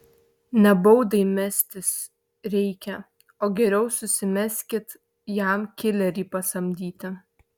ne baudai mestis reikia o geriau susimeskit jam kilerį pasamdyti